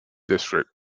district